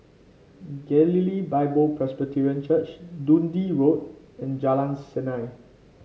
Galilee Bible Presbyterian Church Dundee Road and Jalan Seni